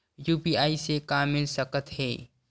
UPI से का मिल सकत हे?